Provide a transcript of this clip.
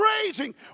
raging